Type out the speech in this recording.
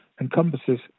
encompasses